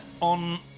on